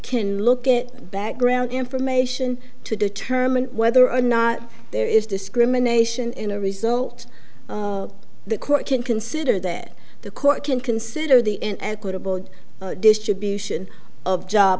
can look at background information to determine whether or not there is discrimination in a result the court can consider that the court can consider the and quotable distribution of job